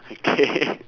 okay